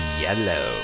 Yellow